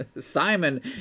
Simon